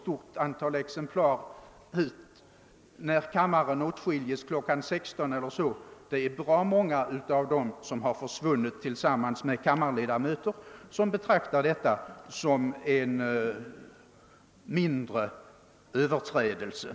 16 eller så det är bra många av de tidningar som kommer i stort antal som försvunnit tillsammans med kammarledamöter som tydligen betraktar detta såsom en mindre överträdelse.